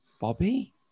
Bobby